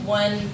one